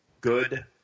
good